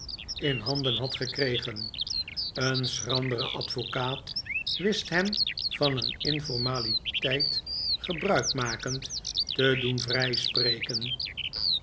in handen had gekregen een schrandere advocaat wist hem van een informaliteit gebruik makend te doen